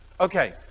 Okay